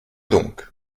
donc